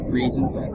reasons